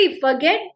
forget